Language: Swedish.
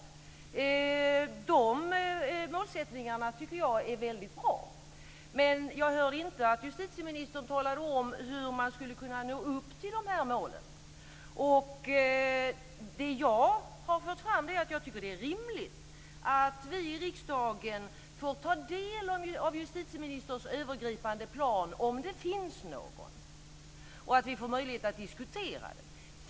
Jag tycker att dessa målsättningar är väldigt bra, men jag hörde inte att justitieministern talade om hur man skulle kunna nå upp till dessa mål. Jag tycker att det är rimligt att vi i riksdagen får ta del av justitieministerns övergripande plan, om det finns någon, och att vi får möjlighet att diskutera den.